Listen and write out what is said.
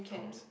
from